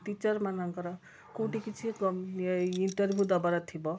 ଟିଚରମାନଙ୍କର କେଉଁଠି କିଛି ଇଣ୍ଟରଭିୟୁ ଦେବାର ଥିବ